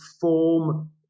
form